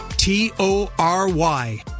T-O-R-Y